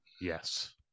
Yes